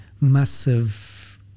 massive